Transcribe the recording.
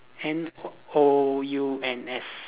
N O U N S